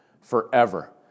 forever